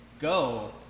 go